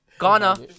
Ghana